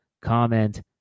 comment